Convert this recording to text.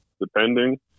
depending